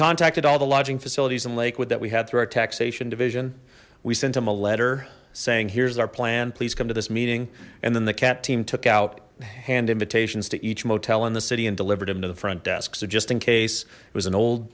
contacted all the lodging facilities in lakewood that we had through our taxation division we sent them a letter saying here's our plan please come to this meeting and then the cat team took out hand invitations to each motel in the city and delivered him to the front desk so just in case it was an old